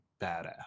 badass